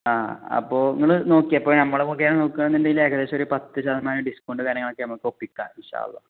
ആ അപ്പോൾ നിങ്ങൾ നോക്കിയ അപ്പോൾ നമ്മൾ നോക്കണമെന്ന് ഉണ്ടെങ്കിൽ ഏകദേശം ഒരു പത്ത് ശതമാനം ഡിസ്കൗണ്ട് വേണേൽ നമുക്ക് ഒപ്പിക്കാം